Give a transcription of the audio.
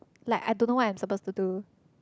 like I don't know when suppose to do